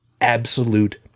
absolute